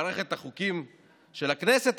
מערכת החוקים של הכנסת,